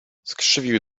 skrzywił